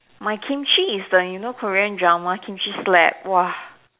my kimchi is the you know Korean drama kimchi slap !wah!